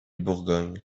bourgogne